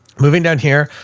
moving down here,